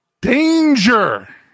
Danger